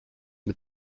mit